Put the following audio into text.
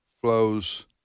flows